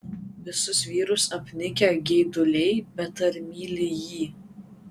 visus vyrus apnikę geiduliai bet ar myli jį